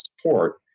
support